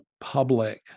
public